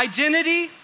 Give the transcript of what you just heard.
Identity